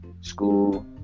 school